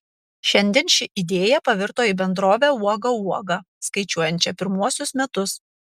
šiandien ši idėja pavirto į bendrovę uoga uoga skaičiuojančią pirmuosius metus